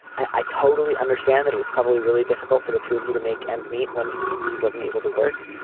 i totally understand that it was probably really difficult for the two of you to make ends meet when he he wasn't able to work.